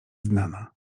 znana